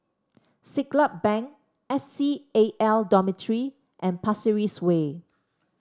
Siglap Bank S C A L Dormitory and Pasir Ris Way